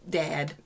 dad